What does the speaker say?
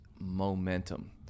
momentum